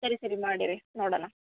ಸರಿ ಸರಿ ಮಾಡಿರಿ ನೋಡಣ